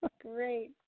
Great